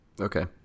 Okay